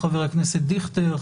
חבר הכנסת דיכטר,